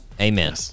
Amen